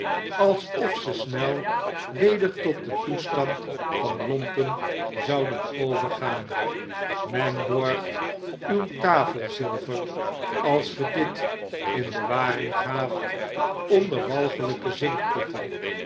muffe lucht alsofzesnel weder tot den toestand van lompen zouden overgaan men borg uw tafelzilver als ge dit in bewaring gaaft onder walglnke